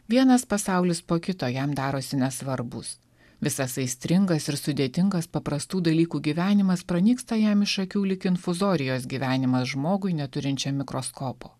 vienas pasaulis po kito jam darosi nesvarbūs visas aistringas ir sudėtingas paprastų dalykų gyvenimas pranyksta jam iš akių lyg infuzorijos gyvenimas žmogui neturinčiam mikroskopo